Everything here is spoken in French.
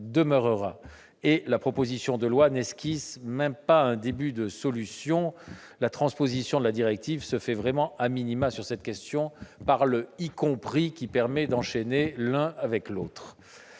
demeurera, et la proposition de loi n'esquisse même pas un début de solution, la transposition de la directive se faisant vraiment sur cette question, par le recours à la locution « y compris », qui permet d'enchaîner l'un à l'autre.